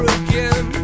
again